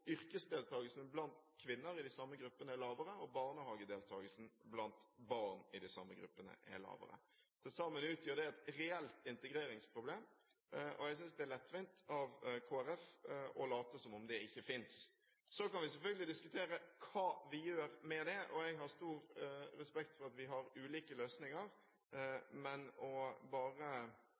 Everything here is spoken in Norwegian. yrkesdeltakelsen blant kvinner i de samme gruppene er lavere, og barnehagedeltakelsen blant barn i de samme gruppene er lavere. Til sammen utgjør det et reelt integreringsproblem, og jeg synes det er lettvint av Kristelig Folkeparti å late som om det ikke finnes. Så kan vi selvfølgelig diskutere hva vi gjør med det. Jeg har stor respekt for at vi har ulike løsninger, men bare å slå en strek over det og